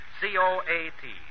C-O-A-T